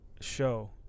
Show